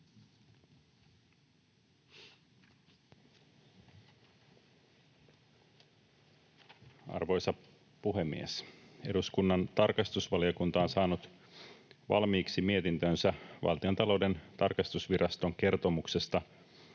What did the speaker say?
Arvoisa puhemies! Eduskunnan tarkastusvaliokunta on saanut valmiiksi mietintönsä Valtiontalouden tarkastusviraston kertomuksesta